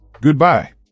Goodbye